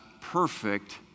perfect